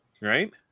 right